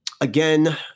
Again